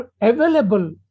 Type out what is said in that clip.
available